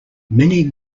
many